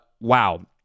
Wow